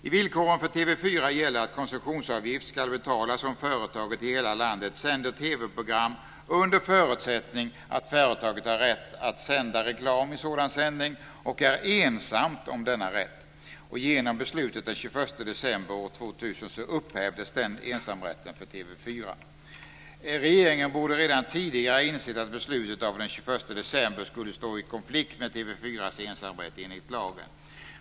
I villkoren för TV 4 gäller att koncessionsavgift ska betalas om företaget i hela landet sänder TV-program under förutsättning att företaget har rätt att sända reklam i sådan sändning och är ensamt om denna rätt. Regeringen borde redan tidigare ha insett att beslutet av den 21 december skulle stå i konflikt med TV 4:s ensamrätt enligt lagen.